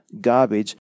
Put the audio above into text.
garbage